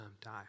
die